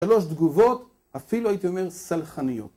שלוש תגובות אפילו הייתי אומר סלחניות